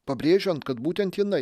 pabrėžiant kad būtent jinai